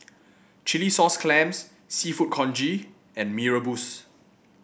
Chilli Sauce Clams seafood congee and Mee Rebus